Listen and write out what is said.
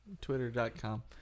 Twitter.com